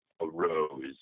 arose